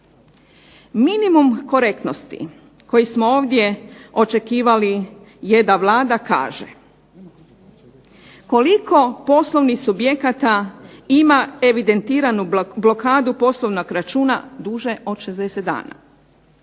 Minimum korektnosti koji smo ovdje očekivali je da Vlada kaže koliko poslovnih subjekata ima evidentiranu blokadu poslovnog računa duže od 60 dana,